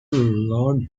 lord